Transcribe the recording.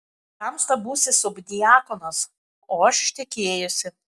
tamsta būsi subdiakonas o aš ištekėjusi